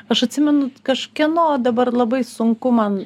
aš atsimenu kažkieno dabar labai sunku man